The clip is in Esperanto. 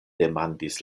demandis